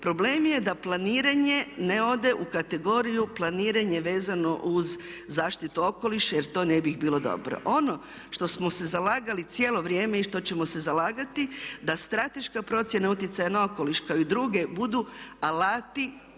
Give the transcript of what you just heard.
Problem je da planiranje ne ode u kategoriju planiranje vezano uz zaštitu okoliša jer to ne bi bilo dobro. Ono što smo se zalagali cijelo vrijeme i što ćemo se zalagati da strateška procjena utjecaja na okoliš kao i druge budu alati